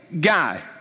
guy